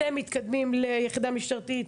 אתם מתקדמים ליחידה משטרתית,